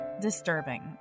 disturbing